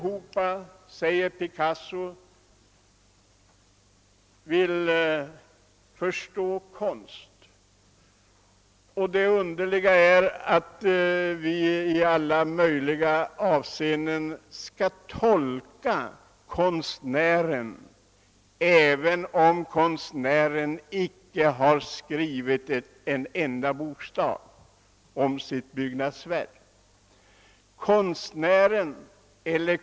Alla erkänner Picasso och säger sig vilja förstå konst. Det underliga är bara att man i alla sammanhang försöker tolka vad det är konstnären har menat, även om han själv inte har skrivit en enda bokstav eller sagt något om sitt byggnadsverk.